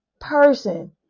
person